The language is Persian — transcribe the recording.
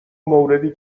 موردی